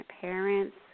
parents